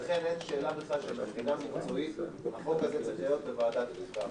לכן אין שאלה בכלל שמבחינה מקצועית החוק הזה צריך להיות בוועדת החוקה.